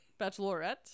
Bachelorette